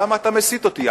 למה אתה מסיט אותי?